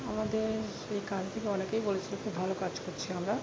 আমাদের সেই কাজ দেখে অনেকেই বলেছিল খুব ভালো কাজ করছি আমরা